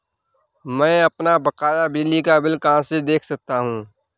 मैं अपना बकाया बिजली का बिल कहाँ से देख सकता हूँ?